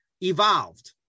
evolved